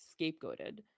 scapegoated